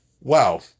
Wow